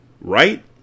right